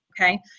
okay